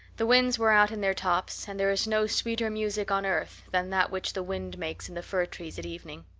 the winds were out in their tops, and there is no sweeter music on earth than that which the wind makes in the fir trees at evening.